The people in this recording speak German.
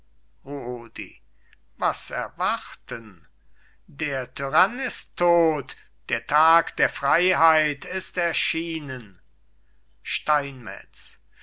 was erwarten der tyrann ist tot der tag der freiheit ist erschienen steinmetz